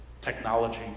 technology